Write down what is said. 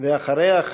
ואחריה,